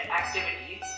activities